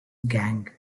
gang